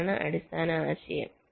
ഇതാണ് അടിസ്ഥാന ആശയം